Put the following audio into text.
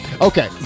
Okay